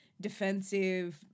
defensive